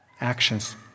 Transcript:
actions